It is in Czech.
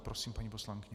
Prosím, paní poslankyně.